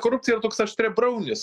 korupcija jau toks aštriabraunis